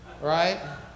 Right